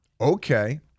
Okay